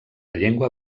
llengua